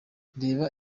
reba